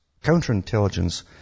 Counterintelligence